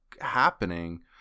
happening